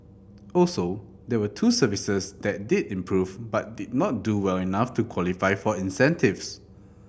also there were two services that did improve but did not do well enough to qualify for incentives